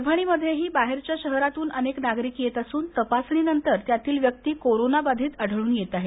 परभणीमध्येही बाहेरच्या शहरातून अनेक नागरिक येत असुन तपासणीनंतर त्यातील व्यक्ती कोरोनाबाधित आढळून येत आहेत